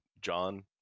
John